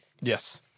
Yes